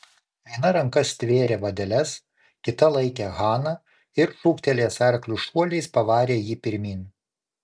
viena ranka stvėrė vadeles kita laikė haną ir šūktelėjęs arkliui šuoliais pavarė jį pirmyn